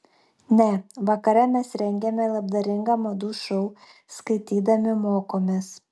ne vakare mes rengiame labdaringą madų šou skaitydami mokomės